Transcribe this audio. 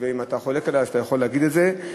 ואם אתה חולק עלי אתה יכול להגיד את זה,